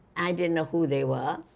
i didn't know who they were,